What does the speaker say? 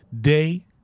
day